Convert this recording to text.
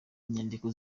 inyandiko